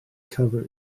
covered